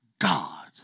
God